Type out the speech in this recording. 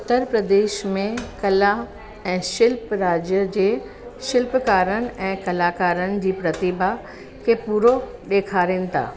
उत्तर प्रदेश में कला ऐं शिल्प राज्य जे शिल्पकारनि ऐं कलाकारनि जी प्रतिभा खे पूरो ॾेखारियूं था